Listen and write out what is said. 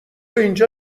اینجا